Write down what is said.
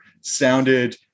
sounded